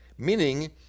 meaning